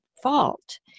fault